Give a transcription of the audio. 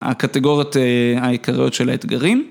הקטגוריות העיקריות של האתגרים.